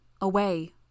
away